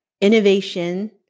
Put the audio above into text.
innovation